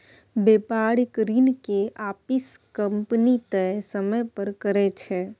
बेपारिक ऋण के आपिस कंपनी तय समय पर करै छै